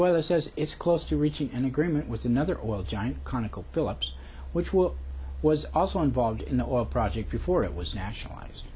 venezuela says it's close to reaching an agreement with another oil giant conoco phillips which will was also involved in the oil project before it was nationalized